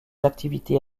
activités